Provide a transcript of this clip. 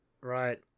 right